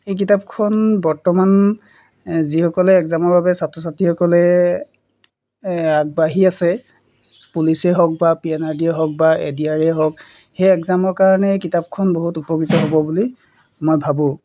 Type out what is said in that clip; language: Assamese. এই কিতাপখন বৰ্তমান যিসকলে এগ্জামৰ বাবে ছাত্ৰ ছাত্ৰীসকলে আগবাঢ়ি আছে পুলিচেই হওক বা পি এন আৰ ডিয়ে হওক বা এ ডি আৰ ইয়ে হওক সেই এগ্জামৰ কাৰণে কিতাপখন বহুত উপকৃত হ'ব বুলি মই ভাবোঁ